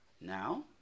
now